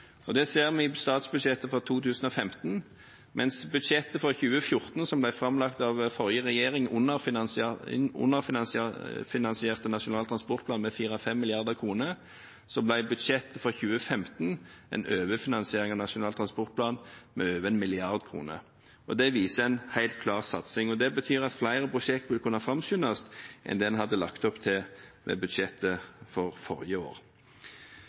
Det ser vi i statsbudsjettet for 2015. Mens budsjettet for 2014, som ble framlagt av forrige regjering, underfinansierte Nasjonal transportplan med 4–5 mrd. kr, ble budsjettet for 2015 en overfinansiering av Nasjonal transportplan med over 1 mrd. kr. Dette viser en helt klar satsing, og det betyr at flere prosjekt vil kunne framskyndes enn det en hadde lagt opp til i budsjettet for forrige år.